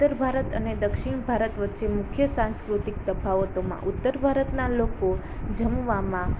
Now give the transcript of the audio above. ઉત્તર ભારત અને દક્ષિણ ભારત વચ્ચે મુખ્ય સાંસ્કૃતિક તફાવતોમાં ઉત્તર ભારતના લોકો જમવામાં